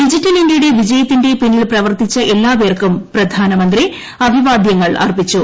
digital ഇന്ത്യുടെ വിജയത്തിന്റെ പിന്നിൽ പ്രവർത്തിച്ച എല്ലാപേർക്കും പ്രധാനമന്ത്രി അഭിവാദ്യങ്ങൾ അർപ്പിച്ചു